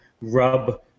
rub